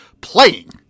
playing